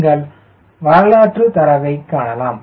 நீங்கள் வரலாற்றுத் தரவை காணலாம்